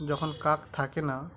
যখন কাক থাকে না